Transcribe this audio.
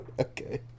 Okay